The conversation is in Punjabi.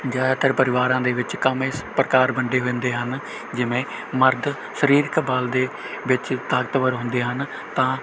ਜ਼ਿਆਦਾਤਰ ਪਰਿਵਾਰਾਂ ਦੇ ਵਿੱਚ ਕੰਮ ਇਸ ਪ੍ਰਕਾਰ ਵੰਡੇ ਹੁੰਦੇ ਹਨ ਜਿਵੇਂ ਮਰਦ ਸਰੀਰਕ ਬਲ ਦੇ ਵਿੱਚ ਤਾਕਤਵਰ ਹੁੰਦੇ ਹਨ ਤਾਂ